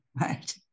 Right